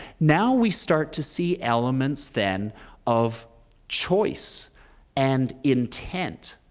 now, we start to see elements then of choice and intent.